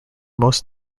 most